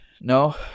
No